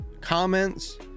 comments